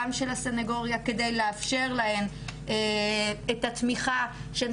גם של הסנגוריה כדי לאפשר להן את התמיכה שהן